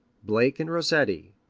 blake and rossetti,